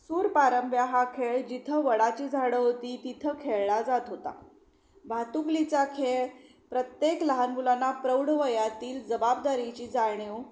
सूरपारंब्या हा खेळ जिथं वडाची झाडं होती तिथं खेळला जात होता भातुकलीचा खेळ प्रत्येक लहान मुलांना प्रौढवयातील जबाबदारीची जाणीव